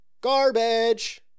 garbage